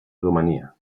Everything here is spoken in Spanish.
rumanía